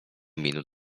minut